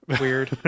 Weird